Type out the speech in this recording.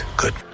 good